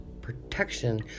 protection